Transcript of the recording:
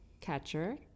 catcher